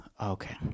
Okay